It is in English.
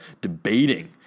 debating